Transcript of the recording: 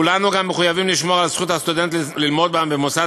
כולנו גם מחויבים לשמור על זכות הסטודנט ללמוד במוסד